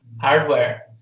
hardware